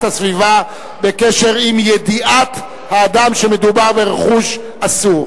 הסביבה בקשר עם ידיעת האדם שמדובר ברכוש אסור.